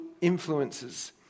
influences